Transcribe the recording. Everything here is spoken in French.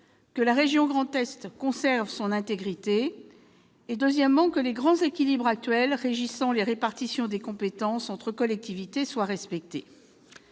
que la région Grand Est conserve son intégrité et que les grands équilibres actuels régissant les répartitions de compétences entre collectivités soient respectés.